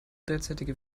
derzeitige